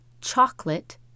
chocolate